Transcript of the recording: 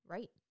Right